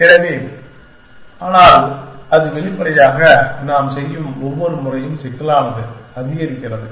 எனவே அது ஆனால் வெளிப்படையாக நாம் செய்யும் ஒவ்வொரு முறையும் சிக்கலானது அதிகரிக்கிறது